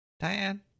Diane